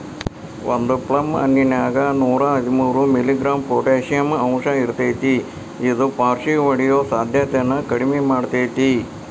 ಒಂದು ಪ್ಲಮ್ ಹಣ್ಣಿನ್ಯಾಗ ನೂರಾಹದ್ಮೂರು ಮಿ.ಗ್ರಾಂ ಪೊಟಾಷಿಯಂ ಅಂಶಇರ್ತೇತಿ ಇದು ಪಾರ್ಷಿಹೊಡಿಯೋ ಸಾಧ್ಯತೆನ ಕಡಿಮಿ ಮಾಡ್ತೆತಿ